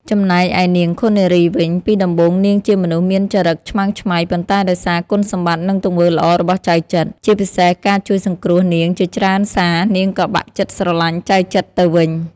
ចំណែកឯនាងឃុននារីវិញ ពីដំបូងនាងជាមនុស្សមានចរិតឆ្មើងឆ្មៃ ប៉ុន្តែដោយសារគុណសម្បត្តិ និងទង្វើល្អរបស់ចៅចិត្រ ជាពិសេសការជួយសង្គ្រោះនាងជាច្រើនសារនាងក៏បាក់ចិត្តស្រឡាញ់ចៅចិត្រទៅវិញ។